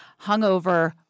hungover